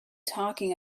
talking